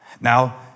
Now